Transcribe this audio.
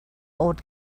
old